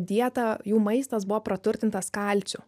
dieta jų maistas buvo praturtintas kalciu